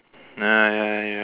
nah ya ya